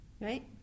Right